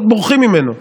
הקולות בורחים ממנו,